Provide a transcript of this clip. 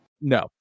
No